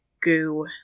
goo